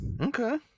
Okay